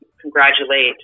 congratulate